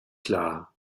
klar